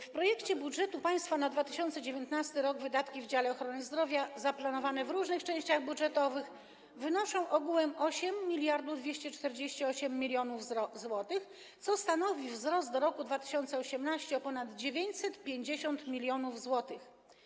W projekcie budżetu państwa na 2019 r. wydatki w dziale ochrona zdrowia zaplanowane w różnych częściach budżetowych wynoszą ogółem 8248 mln zł, co stanowi wzrost w stosunku do roku 2018 o ponad 950 mln zł.